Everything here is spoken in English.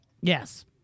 Yes